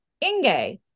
inge